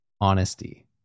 honesty